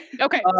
okay